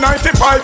95